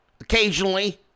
occasionally